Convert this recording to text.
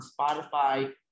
Spotify